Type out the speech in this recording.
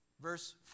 Verse